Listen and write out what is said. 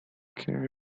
care